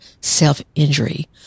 self-injury